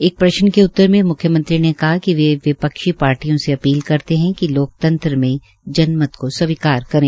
एक प्रश्न के उत्तर में म्ख्यमंत्री ने कहा कि वे विपक्षी पार्टियों से अपील करते है कि लोकतंत्र में जनमत को स्वीकार करें